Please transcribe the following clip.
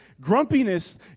grumpiness